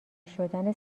شدن